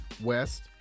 West